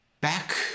back